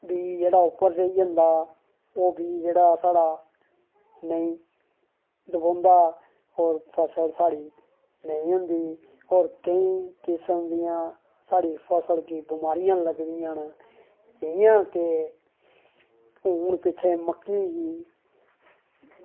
बीऽ जेह्ड़ा उप्पर रेही जंदा ओह् बीऽ जेह्ड़ा साढ़ा नेईं दबोंदा होर फसल साढ़ी नेईं होंदी होर केईं किस्म दियां साढ़ी फसल गी बमारियां लगदियां न इ'यां के हून पिच्छें मक्की गी